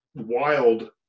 wild